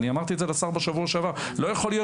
ואמרתי את זה לשר בשבוע שעבר: לא יכול להיות